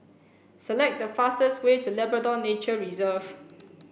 select the fastest way to Labrador Nature Reserve